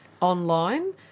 online